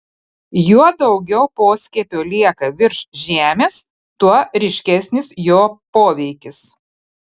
juo daugiau poskiepio lieka virš žemės tuo ryškesnis jo poveikis